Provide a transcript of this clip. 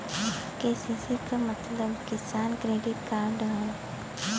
KCC क मतलब किसान क्रेडिट कार्ड हौ